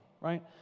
right